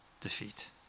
defeat